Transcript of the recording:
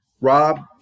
Rob